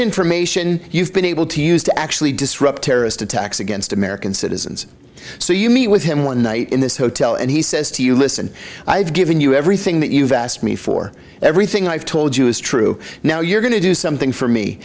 information you've been able to use to actually disrupt terrorist attacks against american citizens so you meet with him one night in this hotel and he says to you listen i've given you everything that you've asked me for everything i've told you is true now you're going to do something for me